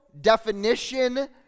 definition